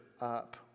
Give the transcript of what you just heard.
up